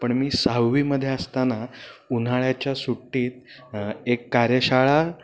पण मी सहावीमध्ये असताना उन्हाळ्याच्या सुट्टीत एक कार्यशाळा